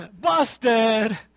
Busted